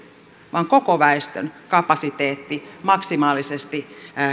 vaan koko väestön kapasiteetti maksimaalisesti